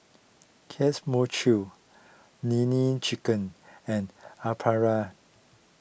Kanes Mochi Nene Chicken and Aprilia